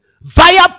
via